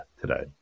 today